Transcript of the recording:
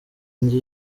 njye